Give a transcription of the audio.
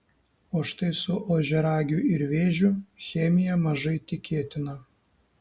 o štai su ožiaragiu ir vėžiu chemija mažai tikėtina